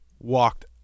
walked